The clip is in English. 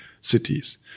cities